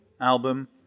album